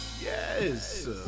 Yes